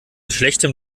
schlechtem